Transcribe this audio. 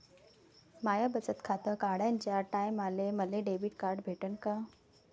माय बचत खातं काढाच्या टायमाले मले डेबिट कार्ड भेटन का?